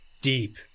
deep